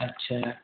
अच्छा